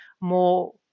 more